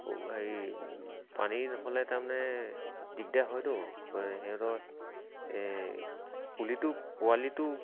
হেৰি পানী নহ'লে তাৰমানে দিগদাৰ হয়তো সিহঁতৰ এই পুলিটো পোৱালিটো